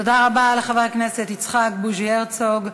תודה רבה לחבר הכנסת יצחק בוז'י הרצוג.